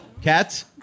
Cats